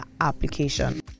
application